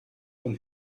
von